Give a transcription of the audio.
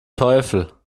teufel